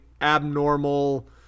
abnormal